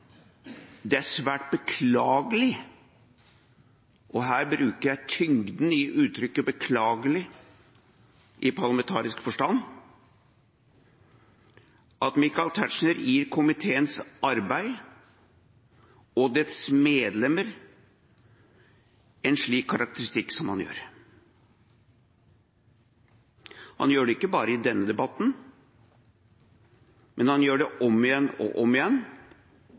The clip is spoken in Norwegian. er svært beklagelig – og her bruker jeg tyngden i ordet «beklagelig» i parlamentarisk forstand – at Michael Tetzschner gir komiteens arbeid og dets medlemmer en slik karakteristikk som han gjør. Han gjør det ikke bare i denne debatten. Han gjør det om igjen og om igjen,